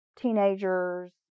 teenagers